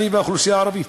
אני והאוכלוסייה הערבית,